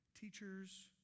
teachers